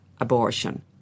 abortion